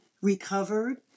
recovered